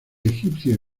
egipcios